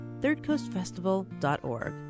thirdcoastfestival.org